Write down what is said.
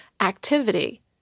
activity